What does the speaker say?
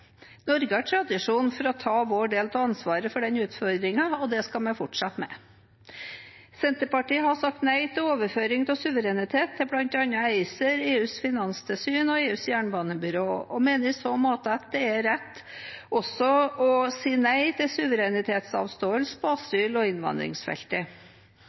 Norge har tradisjon for å ta vår del av ansvaret for denne utfordringen, og det skal vi fortsette med. Senterpartiet har sagt nei til overføring av suverenitet til bl.a. ACER, EUs finanstilsyn og EUs jernbanebyrå og mener i så måte det er rett også å si nei til suverenitetsavståelse på